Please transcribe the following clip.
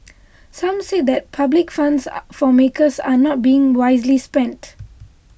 some said that public funds for makers are not being wisely spent